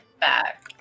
back